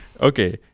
Okay